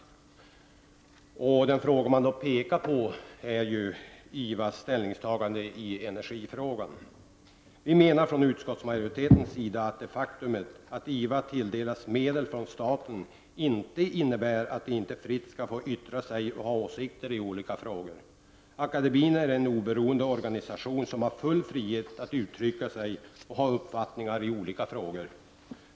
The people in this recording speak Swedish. Den fråga man pekar på är IVAS ställningstagande i energifrågan. Vi menar från utskottsmajoritetens sida att det faktumet att IVA tilldelas medel från staten inte innebär att IVA inte fritt skulle få yttra sig och ha åsikter i olika frågor. Akademien är en oberoende organisation som har full frihet att uttrycka sig och ha uppfattningar i olika frågor.